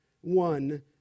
one